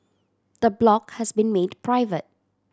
the blog has been made private